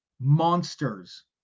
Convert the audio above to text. monsters